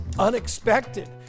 Unexpected